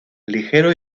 ligero